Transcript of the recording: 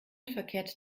verkehrt